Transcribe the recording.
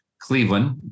Cleveland